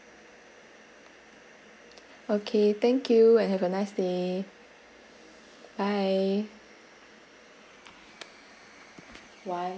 okay thank you and have a nice day bye one